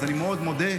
אז אני מאוד מודה,